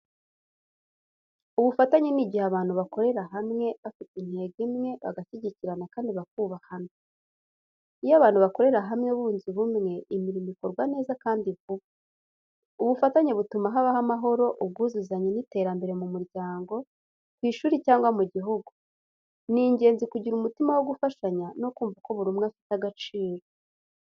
Ubufatanye ni igihe abantu bakorera hamwe, bafite intego imwe, bagashyigikirana kandi bakubahana. Iyo abantu bakorera hamwe bunze ubumwe, imirimo ikorwa neza kandi vuba. Ubufatanye butuma habaho amahoro, ubwuzuzanye n’iterambere mu muryango, ku ishuri cyangwa mu gihugu. Ni ingenzi kugira umutima wo gufashanya no kumva ko buri umwe afite agaciro.